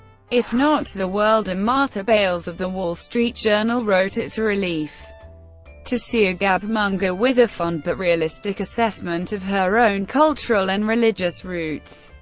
if not the world and martha bayles of the wall street journal wrote, it's a relief to see a gab-monger with a fond, but realistic assessment of her own cultural and religious roots.